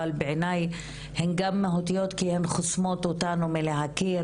אבל בעיניי הן גם מהותיות כי הן חוסמות אותנו מלהכיר